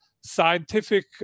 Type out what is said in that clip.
scientific